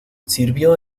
sirvió